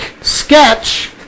sketch